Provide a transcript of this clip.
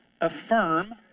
affirm